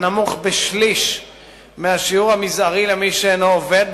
הנמוך בשליש מהשיעור המזערי למי שאינו עובד,